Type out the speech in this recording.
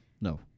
No